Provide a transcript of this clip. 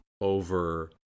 over